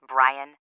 Brian